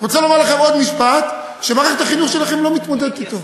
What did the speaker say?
מערכת שנייה,